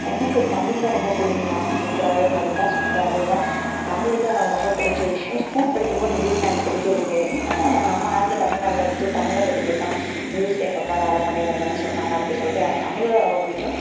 எனக்கு தமிழ்னா ரொம்ப பிடிக்கும்ங்க சூப்பாராக படிப்பேன் சூப்பராக எழுதுவேன் தமிழ் தான் எனக்கு ரொம்ப பிடித்த விஷயம் ஸ்கூல் படிக்கும் போது இங்கிலிஷ்லாம் எனக்கு பிடிக்கவே பிடிக்காது என்ன நம்ம நாட்டில் தமில்நாட்டில் இருந்துட்டு தமிழை பற்றி பேசாமல் இங்கிலிஷ்லேயே எப்போப்பாரு அதை பண்ணு இதை பண்ணு சொல்கிறாங்க அப்படி சொல்லிட்டு எனக்கு தமிழ் தான் ரொம்ப பிடிக்கும்